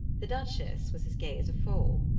the duchess was as gay as a foal,